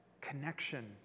connection